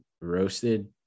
roasted